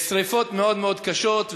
לשרפות מאוד מאוד קשות,